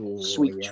sweet